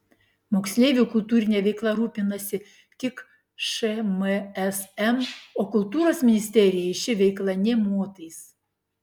moksleivių kultūrine veikla rūpinasi tik šmsm o kultūros ministerijai ši veikla nė motais